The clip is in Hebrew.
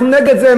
אנחנו נגד זה,